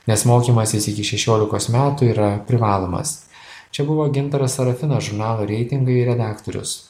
nes mokymasis iki šešiolikos metų yra privalomas čia buvo gintaras serafinas žurnalo reitingai redaktorius